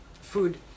food